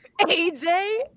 AJ